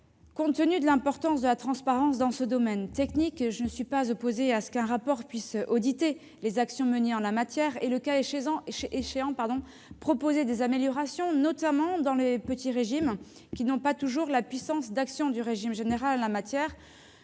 Compte tenu de l'importance de la transparence dans ce domaine technique, je ne suis pas opposée à ce qu'un rapport puisse déterminer les actions menées en la matière et, le cas échéant, proposer des améliorations, notamment pour les petits régimes qui n'ont pas toujours la puissance d'action du régime général.